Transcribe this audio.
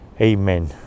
Amen